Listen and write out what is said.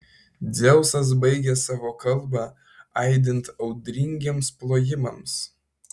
dzeusas baigė savo kalbą aidint audringiems plojimams